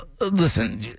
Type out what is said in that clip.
listen